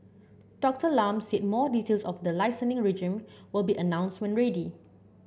Doctor Lam said more details of the regime will be announced when ready